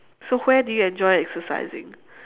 so where do you enjoy exercising